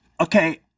okay